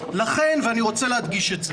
אני רוצה להדגיש,